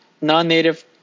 non-native